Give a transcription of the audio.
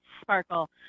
sparkle